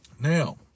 Now